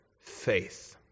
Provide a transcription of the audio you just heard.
faith